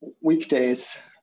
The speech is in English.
weekdays